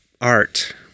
art